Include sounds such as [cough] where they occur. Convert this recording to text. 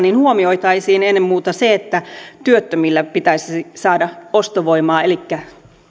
[unintelligible] niin huomioitaisiin ennen muuta se että työttömille pitäisi saada ostovoimaa elikkä